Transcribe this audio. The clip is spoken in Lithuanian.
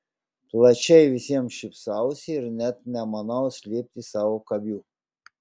plačiai visiems šypsausi ir net nemanau slėpti savo kabių